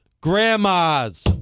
grandmas